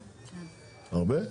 הרבה?